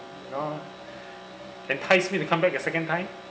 you know entice me to come back a second time